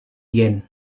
yen